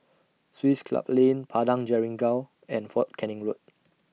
Swiss Club Lane Padang Jeringau and Fort Canning Road